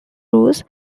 roses